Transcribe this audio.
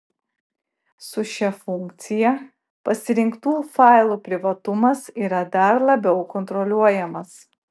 su šia funkcija pasirinktų failų privatumas yra dar labiau kontroliuojamas